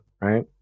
right